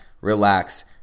relax